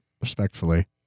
Respectfully